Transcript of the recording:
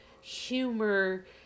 humor